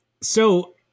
So-